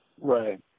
Right